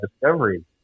discovery